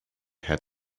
had